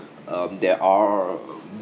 um there are